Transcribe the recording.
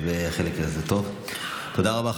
תודה רבה.